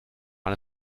man